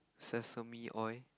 sesame oil